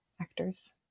actors